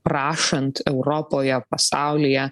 prašant europoje pasaulyje